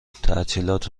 تعطیلات